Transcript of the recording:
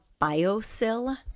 BioSil